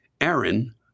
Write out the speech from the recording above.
Aaron